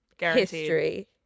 history